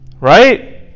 right